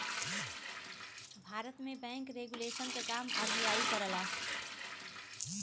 भारत में bank regulation क काम आर.बी.आई करला